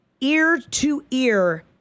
ear-to-ear